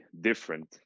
different